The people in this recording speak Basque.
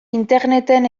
interneten